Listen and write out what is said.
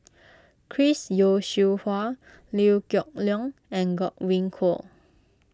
Chris Yeo Siew Hua Liew Geok Leong and Godwin Koay